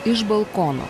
iš balkono